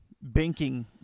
banking